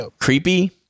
creepy